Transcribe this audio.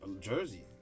Jersey